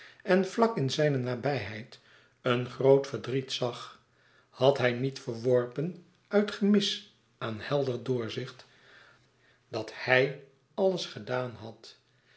en vlak in zijne nabijheid een groot verdriet zag had hij niet verworpen uit gemis aan helder doorzicht dat hij alles gedaan had